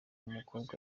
umukobwa